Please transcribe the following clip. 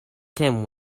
kim